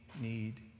need